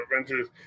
Adventures